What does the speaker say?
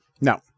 No